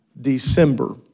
December